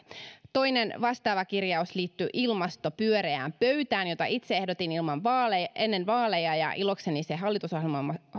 toinen vastaava kirjaus liittyi ilmaston pyöreään pöytään jota itse ehdotin ennen vaaleja ja ilokseni se